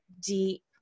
deep